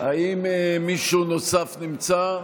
האם מישהו נוסף נמצא?